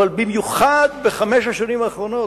אבל במיוחד בחמש השנים האחרונות,